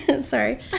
Sorry